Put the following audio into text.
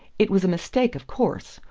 it was a mistake, of course.